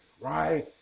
right